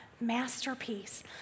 masterpiece